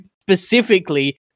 specifically